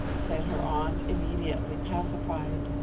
said her aunt, immediately pacified.